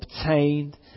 obtained